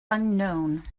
unknown